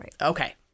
Okay